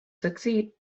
succeed